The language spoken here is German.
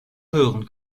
hören